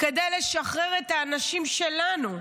כדי לשחרר את האנשים שלנו,